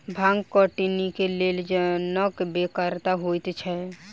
भांग कटनीक लेल जनक बेगरता होइते छै